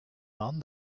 done